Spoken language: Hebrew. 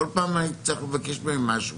כל פעם הייתי צריך לבקש מהם משהו.